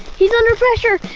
he's under pressure.